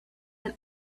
and